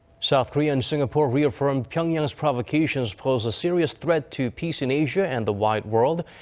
south korea and singapore reaffirmed pyongyang's provocations pose a serious threat to peace in asia and the wider world.